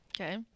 Okay